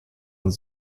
und